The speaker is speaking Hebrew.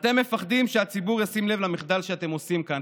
אתם מפחדים שהציבור ישים לב למחדל שאתם עושים כאן,